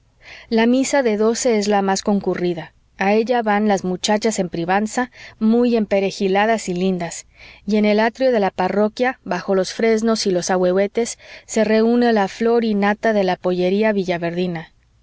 la misa de doce es la más concurrida a ella van las muchachas en privanza muy emperejiladas y lindas y en el atrio de la parroquia bajo los fresnos y los ahuehuetes se reune la flor y nata de la pollería villaverdina